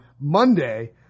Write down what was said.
Monday